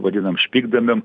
vadiname špigdamėm